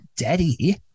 Daddy